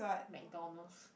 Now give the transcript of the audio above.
McDonald's